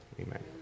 Amen